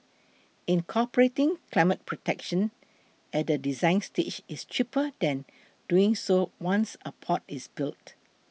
incorporating climate protection at the design stage is cheaper than doing so once a port is built